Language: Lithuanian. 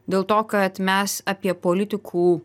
dėl to kad mes apie politikų